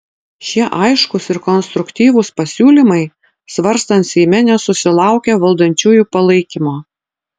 šie aiškūs ir konstruktyvūs pasiūlymai svarstant seime nesusilaukė valdančiųjų palaikymo